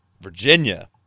Virginia